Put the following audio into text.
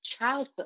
childhood